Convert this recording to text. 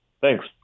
Thanks